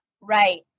Right